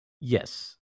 Yes